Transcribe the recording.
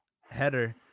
header